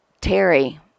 Terry